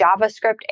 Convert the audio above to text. JavaScript